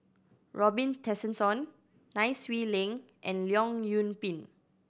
Robin Tessensohn Nai Swee Leng and Leong Yoon Pin